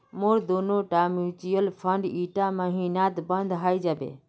मोर दोनोटा mutual fund ईटा महिनात बंद हइ जाबे